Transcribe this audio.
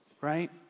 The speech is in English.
right